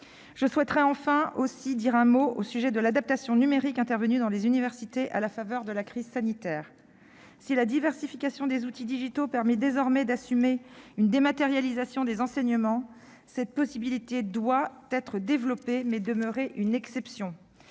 Je souhaiterais enfin dire un mot de l'adaptation numérique intervenue dans les universités à la faveur de la crise sanitaire. Si la diversification des outils digitaux permet désormais d'assumer une dématérialisation des enseignements, cette possibilité doit être développée, mais elle doit demeurer une exception.